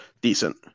decent